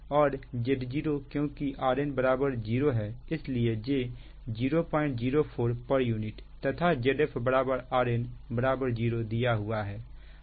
और Z0 क्योंकि Rn 0 है इसलिए j004 pu तथा Zf Rn 0 दिया हुआ है